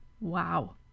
Wow